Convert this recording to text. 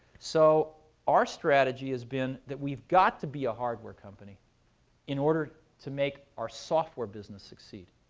so our strategy has been that we've got to be a hardware company in order to make our software business succeed.